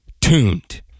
tuned